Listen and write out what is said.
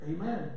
Amen